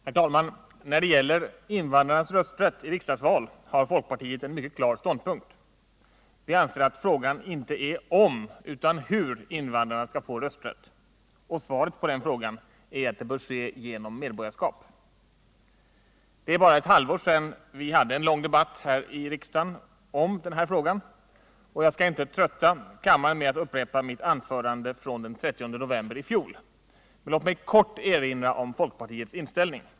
Herr talman! När det gäller invandrarnas rösträtt i riksdagsval har folkpartiet en mycket klar ståndpunkt. Vi anser att frågan inte är om utan hur invandrarna skall få rösträtt. Och svaret på den frågan är att det bör ske genom medborgarskap. Det är bara ett halvår sedan vi hade en lång debatt här i riksdagen om den här frågan, och jag skallinte trötta kammaren med att upprepa mitt anförande från den 30 november i fjol. Men låt mig kort erinra om folkpartiets inställning.